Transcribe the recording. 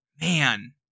man